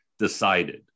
decided